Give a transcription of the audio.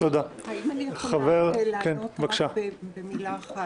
האם אני יכולה לענות רק במשפט אחד?